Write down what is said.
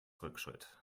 rückschritt